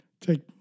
Take